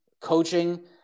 coaching